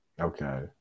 Okay